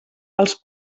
als